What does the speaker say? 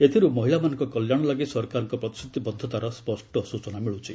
ଏଥିରୁ ମହିଳାମାନଙ୍କ କଲ୍ୟାଣ ଲାଗି ସରକାରଙ୍କ ପ୍ରତିଶ୍ରତିବଦ୍ଧତାର ସ୍ୱଷ୍ଟ ସ୍ୱଚନା ମିଳୁଛି